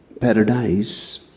paradise